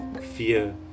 fear